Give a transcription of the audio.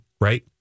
right